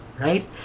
right